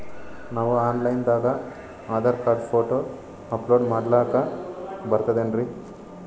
ನಾವು online ದಾಗ Aadhaar card, photo upload ಮಾಡ್ಲಕ ಬರ್ತದೇನ್ರಿ?